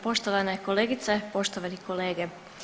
Poštovane kolegice, poštovani kolege.